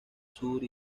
sur